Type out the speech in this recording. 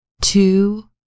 two